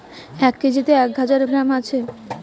এক কেজিতে এক হাজার গ্রাম আছে